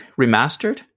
remastered